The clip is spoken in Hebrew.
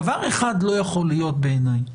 דבר אחד לא יכול להיות בעיניי.